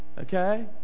Okay